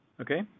Okay